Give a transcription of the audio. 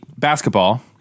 Basketball